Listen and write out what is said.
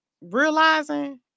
realizing